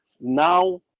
Now